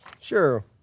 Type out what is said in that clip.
Sure